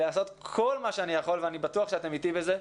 לעשות כל מה שאני יכול ואני בטוח שאתם איתי בזה,